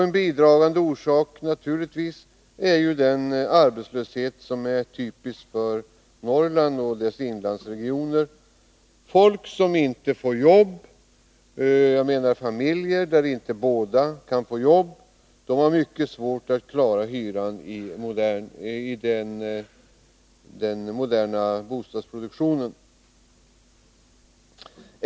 En bidragande orsak är naturligtvis den arbetslöshet som är typisk för Norrlands inlandsregioner. Familjer där inte båda makarna kan få arbete har mycket svårt att klara hyran i moderna lägenheter.